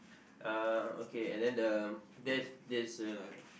uh okay and then the there's there's a